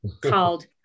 called